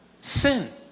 sin